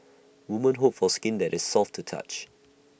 women hope for skin that is soft to touch